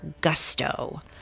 Gusto